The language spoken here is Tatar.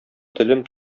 телем